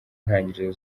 ntangiriro